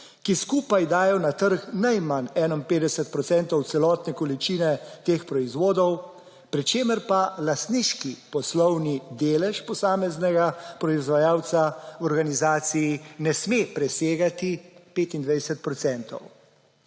ki skupaj dajo na trg najmanj 51 procentov celotne količine teh proizvodov, pri čemer pa lastniški poslovni delež posameznega proizvajalca v organizaciji ne sme presegati 25